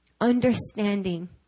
Understanding